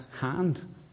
hand